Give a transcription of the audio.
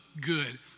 good